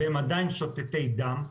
והם עדיין שותתי דם,